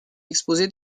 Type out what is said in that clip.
exposé